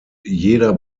jeder